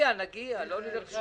אדוני היושב-ראש,